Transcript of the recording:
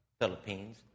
Philippines